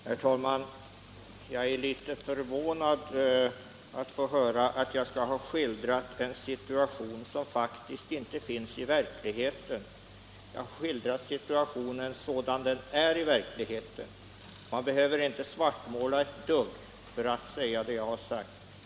Herr talman! Jag är litet förvånad över att få höra att jag skulle ha skildrat en situation som faktiskt inte finns i verkligheten. Jag har skildrat situationen sådan den är i verkligheten. Man behöver inte svartmåla ett dugg för att säga det jag har sagt.